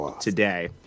today